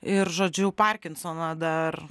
ir žodžiu parkinsoną dar